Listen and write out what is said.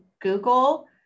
Google